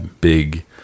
big